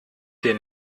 dir